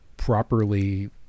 properly